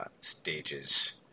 stages